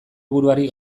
buruari